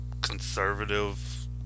conservative